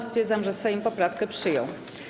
Stwierdzam, że Sejm poprawkę przyjął.